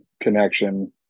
connection